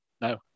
no